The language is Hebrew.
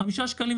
אלא בחמישה שקלים,